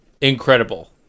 incredible